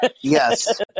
Yes